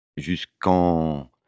jusqu'en